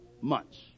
months